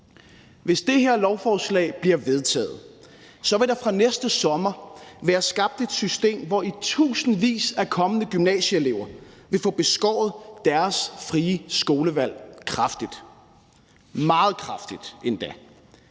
Hvis det her lovforslag bliver vedtaget, vil der fra næste sommer være skabt et system, hvor tusindvis af kommende gymnasieelever vil få beskåret deres frie skolevalg kraftigt – meget kraftigt endda.